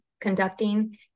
conducting